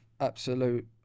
absolute